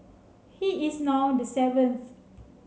he is now the seventh